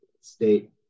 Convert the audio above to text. state